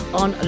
on